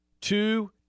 Two